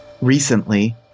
recently